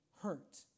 hurt